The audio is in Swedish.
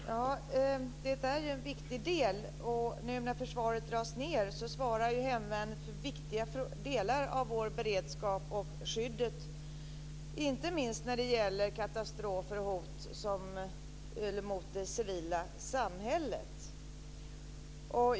Fru talman! Ja, det är en viktig del. Nu när försvaret dras ned svarar ju hemvärnet för viktiga delar av vår beredskap och vårt skydd, inte minst när det gäller katastrofer och hot mot det civila samhället.